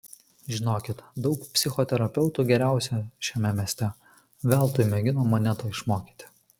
žinokit daug psichoterapeutų geriausių šiame mieste veltui mėgino mane to išmokyti